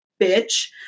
bitch